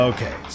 Okay